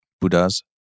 Buddhas